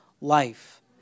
life